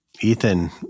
Ethan